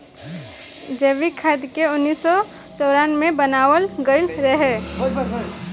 जैविक खाद के उन्नीस सौ चौरानवे मे बनावल गईल रहे